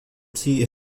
sie